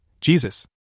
Jesus